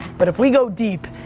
but if we go deep,